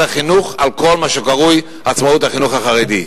החינוך על כל מה שקרוי עצמאות החינוך החרדי.